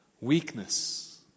weakness